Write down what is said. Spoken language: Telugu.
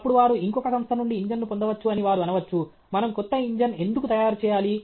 అప్పుడు వారు ఇంకొక సంస్థ నుండి ఇంజిన్ను పొందవచ్చు అని వారు అనవచ్చు మనం కొత్త ఇంజిన్ ఎందుకు తయారు చేయాలి